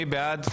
מי בעד,